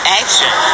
action